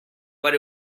but